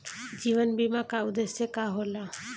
जीवन बीमा का उदेस्य का होला?